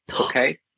Okay